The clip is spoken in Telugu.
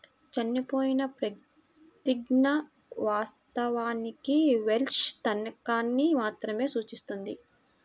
చనిపోయిన ప్రతిజ్ఞ, వాస్తవానికి వెల్ష్ తనఖాని మాత్రమే సూచిస్తుంది